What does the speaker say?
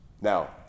Now